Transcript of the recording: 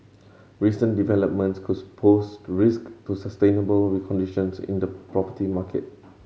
recent developments could suppose to risk to sustainable conditions in the property market